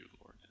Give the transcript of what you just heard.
Lord